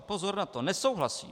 Pozor na to, nesouhlasím!